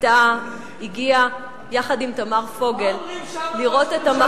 שבתה הגיעה יחד עם תמר פוגל לראות את המחזה,